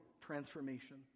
transformation